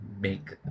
make